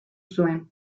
zuen